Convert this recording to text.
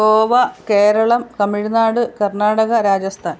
Goa Kerala Tamil Nadu Karnataka Rajasthan